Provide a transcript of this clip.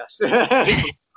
yes